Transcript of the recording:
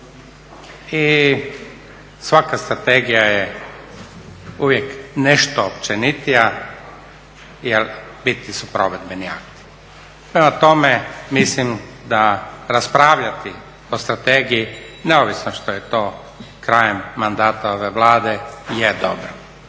I svaka strategija je uvijek nešto općenitija jel bitni su provedbeni akti. Prema tome, mislim da raspravljati o strategiji neovisno što je to krajem mandata ove Vlade je dobro.